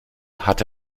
hatte